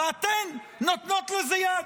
ואתן נותנות לזה יד?